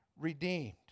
redeemed